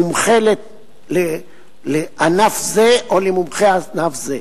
מומחה לענף זה או למומחה ענף זה.